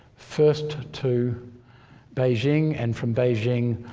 first to beijing and from beijing,